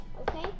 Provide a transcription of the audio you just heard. Okay